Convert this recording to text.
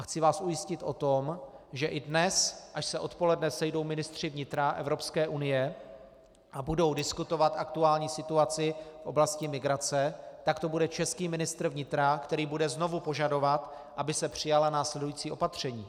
Chci vás ujistit o tom, že i dnes, až se odpoledne sejdou ministři vnitra Evropské unie a budou diskutovat aktuální situaci v oblasti migrace, tak to bude český ministr vnitra, který bude znovu požadovat, aby se přijala následující opatření: